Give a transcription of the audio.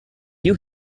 you